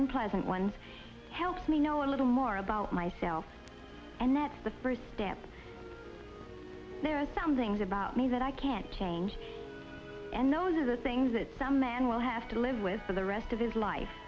young pleasant ones helped me know a little more about myself and that's the first step there are some things about me that i can't change and those are the things that some man will have to live with for the rest of his life